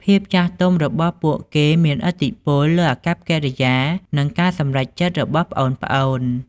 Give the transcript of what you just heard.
ភាពចាស់ទុំរបស់ពួកគេមានឥទ្ធិពលលើអាកប្បកិរិយា និងការសម្រេចចិត្តរបស់ប្អូនៗ។